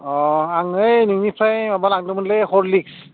अ आं ओइ नोंनिफ्राय माबा लांदोंमोनलै हरलिक्स